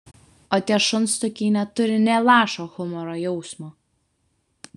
o tie šunsnukiai neturi nė lašo humoro jausmo